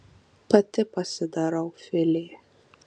pati pasidarau filė